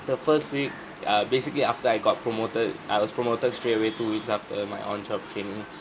the first week uh basically after I got promoted I was promoted straight away two weeks after my on job training